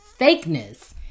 fakeness